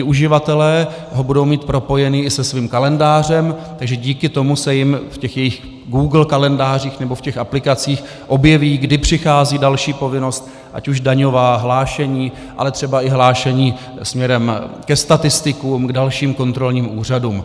Uživatelé ho budou mít propojený i se svým kalendářem, takže díky tomu se jim v jejich google kalendářích nebo v těch aplikacích objeví, kdy přichází další povinnost ať už daňová, hlášení, ale třeba i hlášení směrem ke statistikům, k dalším kontrolním úřadům.